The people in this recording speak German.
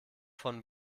von